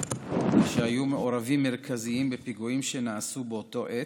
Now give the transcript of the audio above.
והיו מעורבים מרכזיים בפיגועים שנעשו באותה עת,